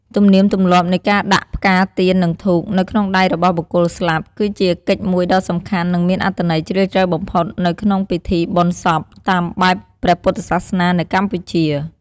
ទំនៀមទម្លាប់នៃការដាក់ ផ្កា ទៀន និងធូប នៅក្នុងដៃរបស់បុគ្គលស្លាប់ គឺជាកិច្ចមួយដ៏សំខាន់ និងមានអត្ថន័យជ្រាលជ្រៅបំផុតនៅក្នុងពិធីបុណ្យសពតាមបែបព្រះពុទ្ធសាសនានៅកម្ពុជា។